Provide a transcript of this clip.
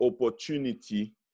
opportunity